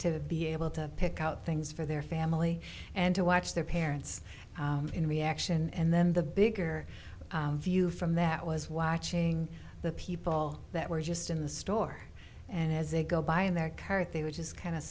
to be able to pick out things for their family and to watch their parents in reaction and then the bigger view from that was watching the people that were just in the store and as they go by in their current they would just kind of